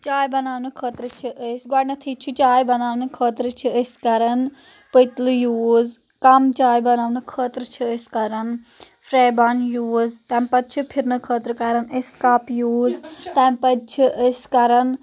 چاے بناونہٕ خٲطرٕ چھِ أسۍ گۄڈٕنیٚتھٕے چھِ چاے بناونہٕ خٲطرٕ چھِ أسۍ کران پٔتلہٕ یوٗز کم چاے بناونہٕ خٲطرٕ چھِ أسۍ کران فریبان یوٗز تَمہِ پَتہٕ چھِ پھرنہٕ خٲطرٕ کران أسۍ کپ یوٗز تَمہِ پَتہٕ چھِ أسۍ کران